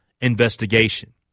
investigation